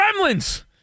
gremlins